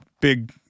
Big